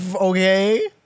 okay